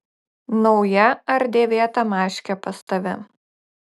nauja ar dėvėta maškė pas tave